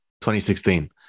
2016